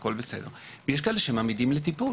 אבל יש אנשים שעמידים לטיפול.